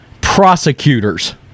prosecutors